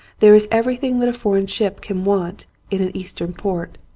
there is everything that a foreign ship can want in an eastern port.